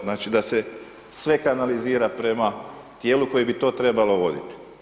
Znači, da se sve kanalizira prema tijelu koje bi to trebalo vodit.